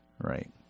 Right